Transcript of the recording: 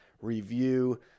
Review